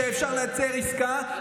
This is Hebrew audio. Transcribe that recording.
בטוח שאפשר לייצר עסקה,